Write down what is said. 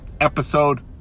Episode